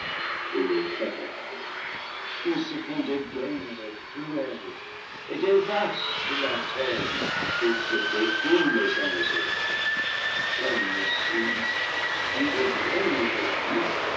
et les querelles ils se font des guerres cruelles et dévastent la terre pour se détruire les uns les autres comme si ce qui devrait nous